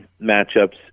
matchups